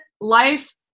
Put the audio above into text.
life